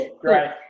great